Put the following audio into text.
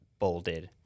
bolded